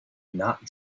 not